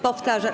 Powtarzam.